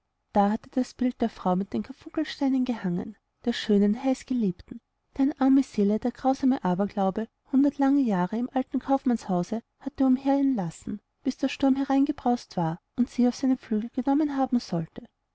da hatte das bild der frau mit den karfunkelsteinen gehangen der schönen heißgeliebten deren arme seele der grausame aberglaube hundert lange jahre im alten kaufmannshause hatte umherirren lassen bis der sturm hereingebraust war und sie auf seine flügel genommen haben sollte